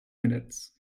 minutes